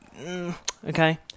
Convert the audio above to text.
Okay